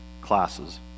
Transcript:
classes